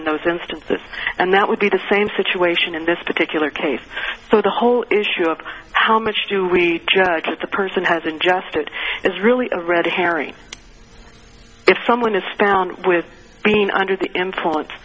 in those instances and that would be the same situation in this particular case so the whole issue of how much do we judge if the person has ingested is really a red herring if someone is found with being under the influence